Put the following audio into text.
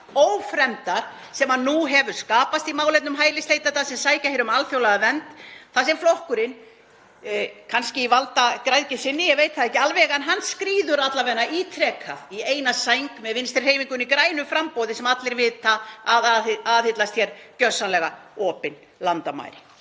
ófremdar sem nú hefur skapast í málefnum hælisleitenda sem sækja hér um alþjóðlega vernd þar sem flokkurinn, kannski í valdagræðgi sinni, ég veit það ekki alveg, skríður alla vega ítrekað í eina sæng með Vinstrihreyfingunni – grænu framboði, sem allir vita að aðhyllist gjörsamlega opin landamæri.